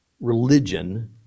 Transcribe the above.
religion